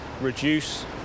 reduce